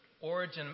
origin